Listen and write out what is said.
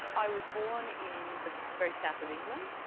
i was born in the very south of england,